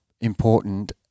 important